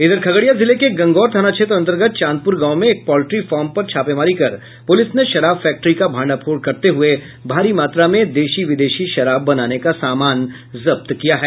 इधर खगड़िया जिले के गंगौर थाना क्षेत्र अंतर्गत चांदपुर गांव में एक पोल्ट्री फार्म पर छापेमारी कर पुलिस ने शराब फैक्ट्री का भंडाफोड़ करते हुए भारी मात्रा में देशी विदेशी शराब बनाने का सामान जब्त किया है